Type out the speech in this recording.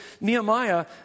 Nehemiah